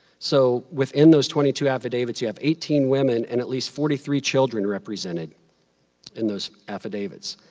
so within those twenty two affidavits, you have eighteen women and at least forty three children represented in those affidavits.